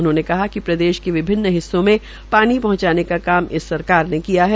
उन्होंने कहा कि प्रदेश के विभिन्न हिस्सों में पानी पहंचाने का कार्य इस सरकार ने किया है